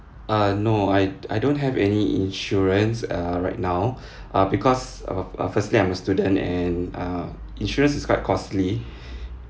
uh no I I don't have any insurance uh right now uh because of uh firstly I'm a student and err insurance is quite costly